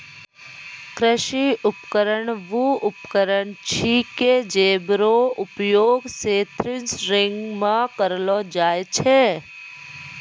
कृषि उपकरण वू उपकरण छिकै जेकरो उपयोग सें थ्रेसरिंग म करलो जाय छै